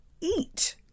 eat